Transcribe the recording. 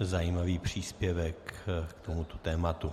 zajímavý příspěvek k tomuto tématu.